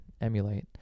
emulate